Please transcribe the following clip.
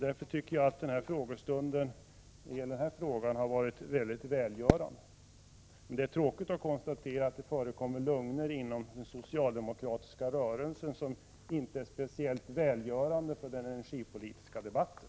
Därför tycker jag att den här frågestunden, i vad gäller den fråga jag har ställt, har varit väldigt välgörande. Men det är tråkigt att konstatera att det förekommer lögner inom den socialdemokratiska rörelsen, vilket inte är speciellt välgörande för den energipolitiska debatten.